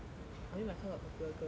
I mean my class got popular girls mah